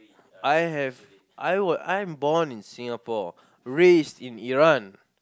I have I am born in Singapore raised in Iran